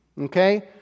Okay